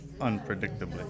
unpredictably